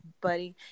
Buddy